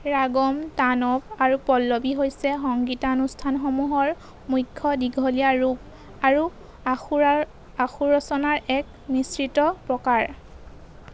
ৰাগম তানব আৰু পল্লৱী হৈছে সংগীতানুষ্ঠানসমূহৰ মুখ্য দীঘলীয়া ৰূপ আৰু আশুৰাৰ আশুৰচনাৰ এক মিশ্ৰিত প্ৰকাৰ